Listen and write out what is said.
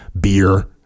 beer